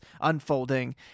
unfolding